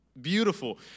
Beautiful